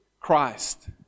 Christ